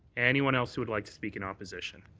anyone else who would like to speak in opposition?